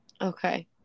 Okay